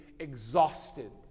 exhausted